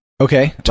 Okay